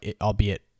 albeit